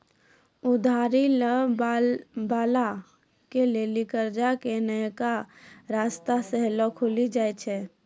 उधारी लै बाला के लेली कर्जा के नयका रस्ता सेहो खुलि जाय छै